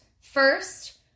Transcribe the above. first